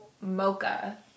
mocha